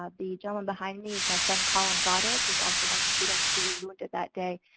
ah the gentleman behind me is my friend colin goddard, who is also one of the students who was wounded that day,